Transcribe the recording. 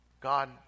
God